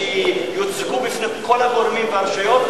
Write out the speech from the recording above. שיוצגו בפני כל הגורמים והרשויות,